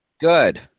Good